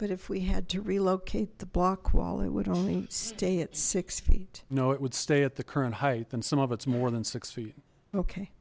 but if we had to relocate the block wall it would only stay at six feet no it would stay at the current height and some of it's more than six feet okay